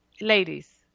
Ladies